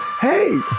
Hey